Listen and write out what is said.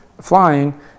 flying